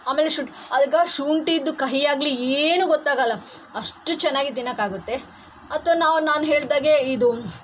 ಆಮೇಲೆ ಶುನ್ ಆಗ ಶುಂಠಿದ್ದು ಕಹಿಯಾಗಲಿ ಏನೂ ಗೊತ್ತಾಗೋಲ್ಲ ಅಷ್ಟು ಚೆನ್ನಾಗಿ ತಿನ್ನೋಕೆ ಆಗುತ್ತೆ ಅಥವಾ ನಾವು ನಾನು ಹೇಳಿದಾಗೆ ಇದು